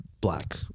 black